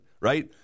right